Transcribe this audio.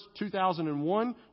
2001